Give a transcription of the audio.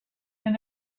and